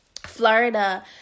Florida